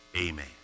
amen